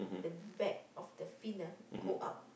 the back of the fin ah go up